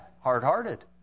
Hard-hearted